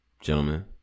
gentlemen